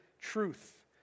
truth